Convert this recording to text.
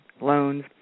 loans